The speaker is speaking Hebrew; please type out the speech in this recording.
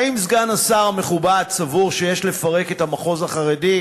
האם סגן השר המכובד סבור שיש לפרק את המחוז החרדי,